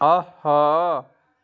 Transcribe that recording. اَہا